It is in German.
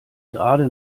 gerade